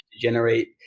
generate